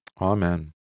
Amen